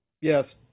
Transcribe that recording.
Yes